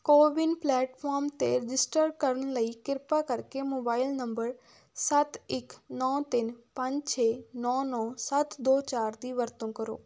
CoWIN platform register ਕਰਨ ਲਈ ਕਿਰਪਾ ਕਰਕੇ ਮੋਬਾਈਲ ਨੰਬਰ ਸੱਤ ਇੱਕ ਨੌ ਤਿੰਨ ਪੰਜ ਛੇ ਨੌ ਨੌ ਸੱਤ ਦੋ ਚਾਰ ਦੀ ਵਰਤੋਂ ਕਰੋ